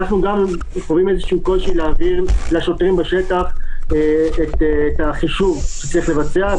אנחנו גם חווים קושי להבהיר לשוטרים בשטח את החישוב שצריך לבצע,